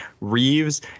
Reeves